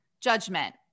judgment